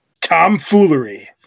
Tomfoolery